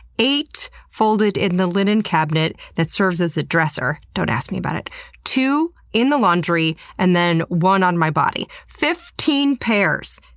eight folded in the linen cabinet that serves as a dresser don't ask me about it two in the laundry, and then one on my body. fifteen pairs!